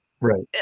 Right